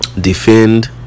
defend